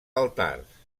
altars